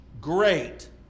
great